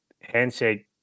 handshake